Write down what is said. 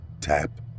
tap